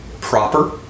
proper